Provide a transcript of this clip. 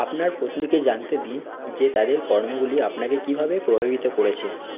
আপনার পত্নীকে জানতে দিন যে তাদের কর্মগুলি আপনাকে কীভাবে প্রভাবিত করেছে